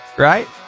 Right